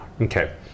Okay